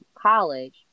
college